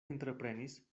entreprenis